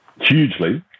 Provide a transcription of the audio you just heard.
hugely